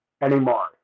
anymore